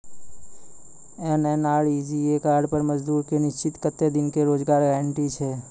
MNREGA card पर मजदुर के निश्चित कत्तेक दिन के रोजगार गारंटी छै?